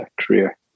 career